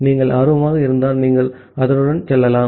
நீங்கள் ஆர்வமாக இருந்தால் நீங்கள் அதனுடன் செல்லலாம்